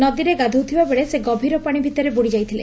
ନଦୀରେ ଗାଧଉଥିବା ବେଳେ ସେ ଗଭୀର ପାଣି ଭିତରେ ବୁଡ଼ି ଯାଇଥିଲେ